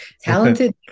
Talented